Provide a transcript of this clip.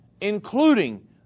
including